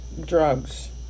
drugs